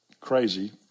crazy